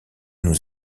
nous